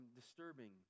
disturbing